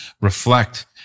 reflect